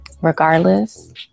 regardless